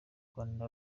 rwanda